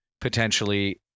potentially